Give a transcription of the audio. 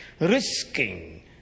risking